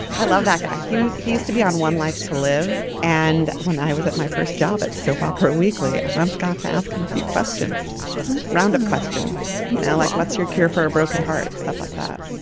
i love that guy. he he used to be on one life to live. and when i was at my first job at soap opera weekly and i got to ask him a few questions round of questions you know like what's your cure for a broken heart. stuff like that.